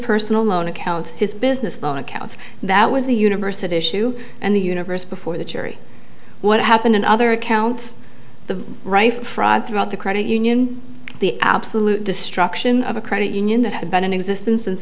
personal loan account his business loan accounts that was the university issue and the unit before the cherry what happened in other accounts the rifle fraud throughout the credit union the absolute destruction of a credit union that had been in existence since